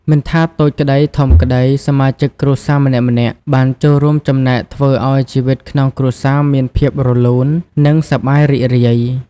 មិនថាតូចក្តីធំក្តី សមាជិកគ្រួសារម្នាក់ៗបានចូលរួមចំណែកធ្វើឲ្យជីវិតក្នុងគ្រួសារមានភាពរលូន និងសប្បាយរីករាយ។